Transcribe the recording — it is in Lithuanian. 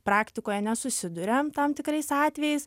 praktikoje nesusiduria tam tikrais atvejais